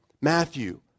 Matthew